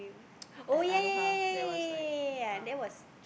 oh ya ya ya ya ya ya that was